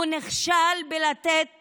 הוא נכשל בלתת